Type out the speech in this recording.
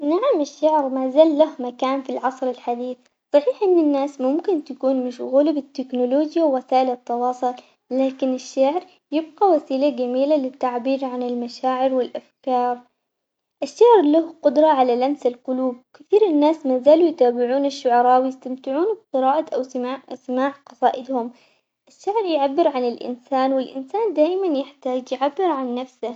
نعم الشعر مازال له مكان في العصر الحديث، صحيح إن الناس ممكن تكون مشغولة بالتكنولوجيا ووسائل التواصل لكن الشعر يبقى وسيلة جميلة للتعبير عن المشاعر والأفكار، الشعر له قدرة على لمس القلوب كثير الناس مازالوا يتابعون الشعراء ويستمتعون بقراءة أو سماع سماع قصائدهم ، الشعر يعبر عن الإنسان والإنسان دايماً يحتاج يعبر عن نفسه.